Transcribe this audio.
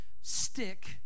stick